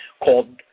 called